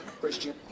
Christian